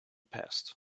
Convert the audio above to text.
past